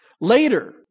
Later